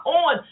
on